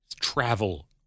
travel